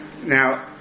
Now